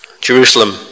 Jerusalem